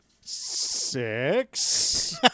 Six